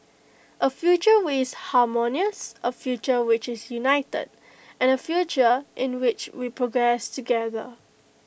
A future which is harmonious A future which is united and A future in which we progress together